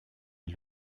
est